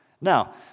Now